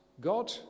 God